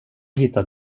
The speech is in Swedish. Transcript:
hittade